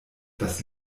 das